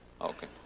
Okay